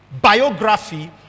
biography